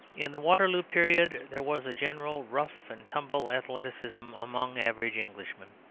in the waterloo period there was a general rough-and-tumble athleticism among average englishmen.